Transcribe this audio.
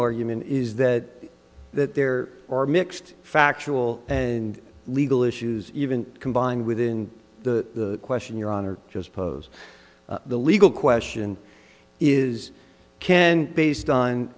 human is that that there are mixed factual and legal issues even combined within the question your honor just posed the legal question is can based on